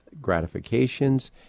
gratifications